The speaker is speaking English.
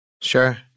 Sure